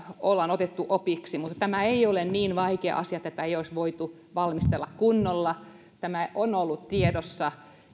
olemme ottaneet opiksi tämä ei ole niin vaikea asia että tätä ei olisi voitu valmistella kunnolla tämä perusongelma on ollut tiedossa